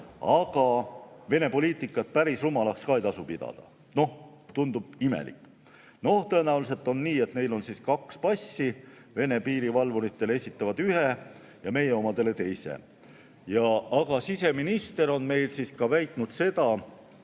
aga Vene poliitikat päris rumalaks ka ei tasu pidada. Noh, tundub imelik. Tõenäoliselt on nii, et neil on kaks passi, Vene piirivalvuritele esitavad ühe ja meie omadele teise. Aga siseminister on meil väitnud seda,